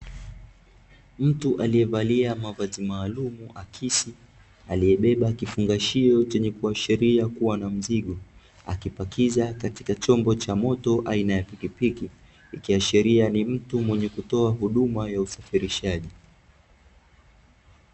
Mtu aliyevalia mavazi maalumu akisi aliebeba kifungashio kinachoashiria kuwa na mzigo, akipakiza katika chombo cha moto aina ya pikipiki ikiashiria ni mtu mwenye kutoa huduma ya usafirishaji.